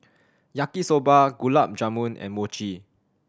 Yaki Soba Gulab Jamun and Mochi